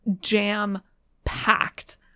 jam-packed